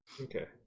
Okay